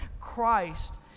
Christ